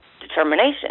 determination